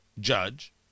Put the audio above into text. judge